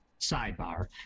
sidebar